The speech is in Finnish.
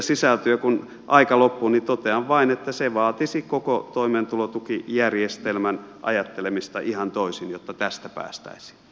ja kun aika loppuu niin totean vain että se vaatisi koko toimeentulotukijärjestelmän ajattelemista ihan toisin jotta tästä päästäisiin